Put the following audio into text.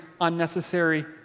unnecessary